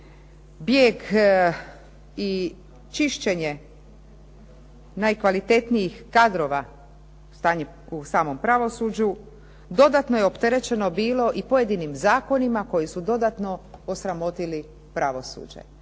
bijeg i čišćenje najkvalitetnijih kadrova u samom pravosuđu dodatno je opterećeno bilo i pojedinim zakonima koji su dodatno osramotili pravosuđe.